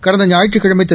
கடந்த ஞாயிற்றுக்கிழமைதிரு